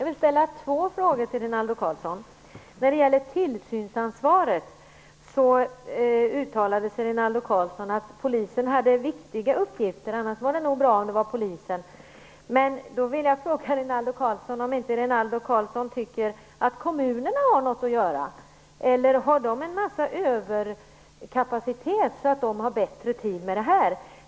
Fru talman! Jag vill ställa två frågor till Rinaldo Karlsson att polisen hade viktiga uppgifter - annars hade det nog varit bra om det varit polisen som fått tillsynsansvaret. Då vill jag fråga om inte Rinaldo Karlsson tycker att kommunerna har något att göra. Eller har de en massa överkapacitet, så att de har bättre tid med det här?